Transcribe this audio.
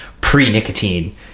pre-nicotine